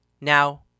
Now